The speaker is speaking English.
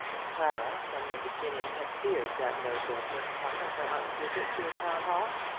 clara from the beginning had feared that no good would come of her aunt's visit to the town-hall.